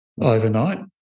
overnight